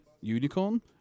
Unicorn